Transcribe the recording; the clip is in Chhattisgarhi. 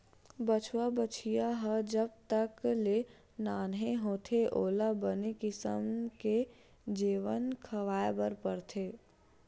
बछवा, बछिया ह जब तक ले नान्हे होथे ओला बने किसम के जेवन खवाए बर परथे